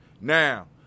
Now